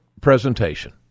presentation